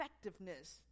effectiveness